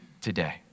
today